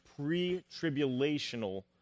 pre-tribulational